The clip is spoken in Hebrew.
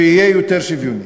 שיהיה יותר שוויוני?